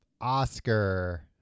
Oscar